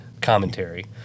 commentary